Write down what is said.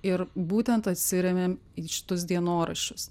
ir būtent atsirėmėm į šitus dienoraščius